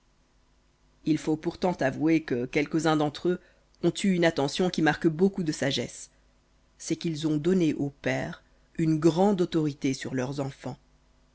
il faut pourtant avouer que quelques-uns d'entre eux ont eu une attention qui marque beaucoup de sagesse c'est qu'ils ont donné aux pères une grande autorité sur leurs enfants